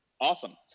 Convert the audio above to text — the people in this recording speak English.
awesome